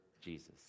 Jesus